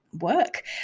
work